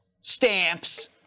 stamps